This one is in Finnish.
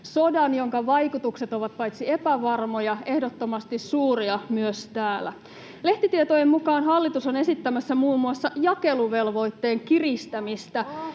sodan, jonka vaikutukset ovat paitsi epävarmoja myös ehdottomasti suuria, myös täällä. Lehtitietojen mukaan hallitus on esittämässä muun muassa jakeluvelvoitteen kiristämistä,